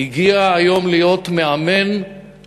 אחד מהם הגיע היום להיות מאמן קריית-שמונה,